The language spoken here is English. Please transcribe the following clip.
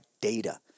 data